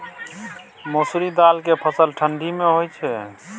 मसुरि दाल के फसल ठंडी मे होय छै?